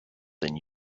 than